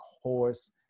horse